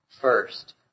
first